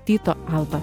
tyto alba